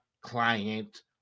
client